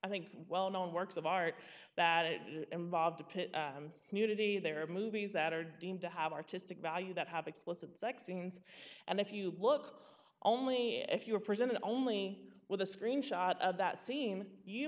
i think well known works of art that it involved a pit nudity there are movies that are deemed to have artistic value that have explicit sex scenes and if you look only if you are presented only with a screen shot of that scene you